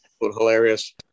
hilarious